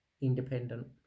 independent